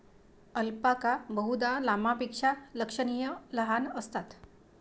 alpaca बहुधा लामापेक्षा लक्षणीय लहान असतात